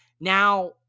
Now